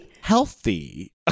healthy